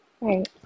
Right